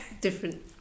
different